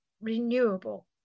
renewable